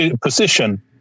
position